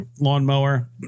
lawnmower